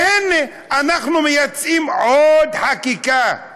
והנה, אנחנו מייצאים עוד חקיקה.